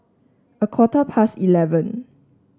a quarter past eleven